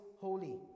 holy